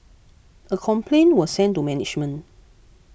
a complaint was sent to management